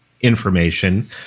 information